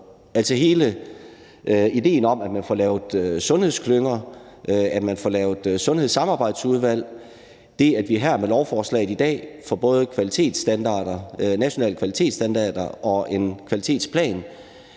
Altså, hele idéen om, at man får lavet sundhedsklynger, at man får lavet sundhedssamarbejdsudvalg, og det, at vi her med lovforslaget i dag får både nationale kvalitetsstandarder og en kvalitetsplan,